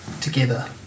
together